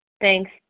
Thanks